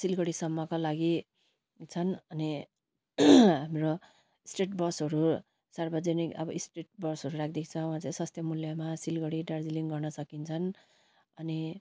सिलगढीसम्मका लागि छन् अनि र स्टेट बसहरू सार्वजनिक अब स्टेट बसहरू राखिदिएको वहाँ चाहिँ सस्तै मुल्यमा सिलगढी दार्जिलिङ गर्न सकिन्छन् अनि